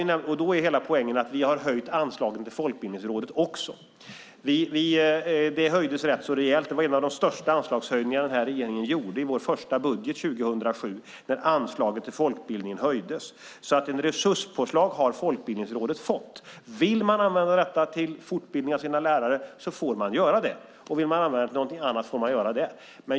Poängen är att vi höjt anslaget till Folkbildningsrådet. Det höjdes rätt rejält. Det var en av de största anslagshöjningarna regeringen gjorde i sin första budget 2007, den till folkbildningen. Resurspåslag har Folkbildningsrådet alltså fått. Om de vill använda pengarna till fortbildning av sina lärare får de göra det. Om de vill använda dem till någonting annat får de göra det.